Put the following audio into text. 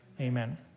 Amen